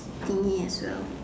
see me as well